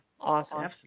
Awesome